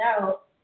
out